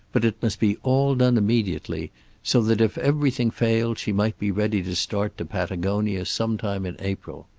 but it must be all done immediately so that if everything failed she might be ready to start to patagonia some time in april.